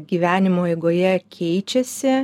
gyvenimo eigoje keičiasi